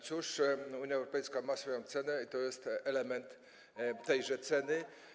Cóż, Unia Europejska ma swoją cenę i to jest element tejże ceny.